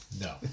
No